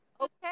Okay